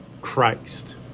Christ